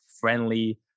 friendly